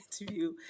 interview